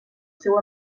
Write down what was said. seu